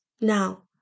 Now